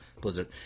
blizzard